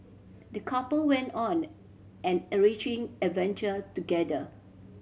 the couple went on an enriching adventure together